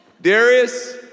Darius